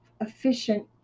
efficient